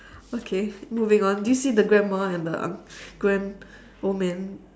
okay moving on do you see the grandma and the um grand~ old man